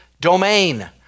domain